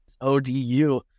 ODU